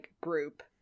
group